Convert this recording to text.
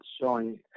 showing